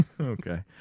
Okay